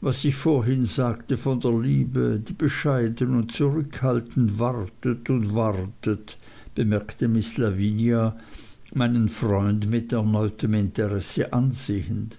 was ich vorhin sagte von der liebe die bescheiden und zurückhaltend wartet und wartet bemerkte miß lavinia meinen freund mit erneutem interesse ansehend